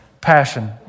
Passion